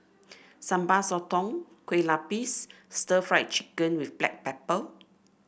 Sambal Sotong Kueh Lapis and stir Fry Chicken with Black Pepper